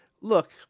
look